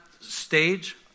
stage